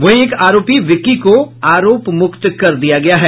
वहीं एक आरोपी विक्की को आरोप मुक्त कर दिया गया है